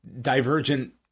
divergent